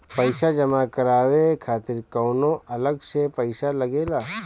पईसा जमा करवाये खातिर कौनो अलग से पईसा लगेला?